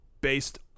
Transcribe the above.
based